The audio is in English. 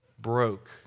broke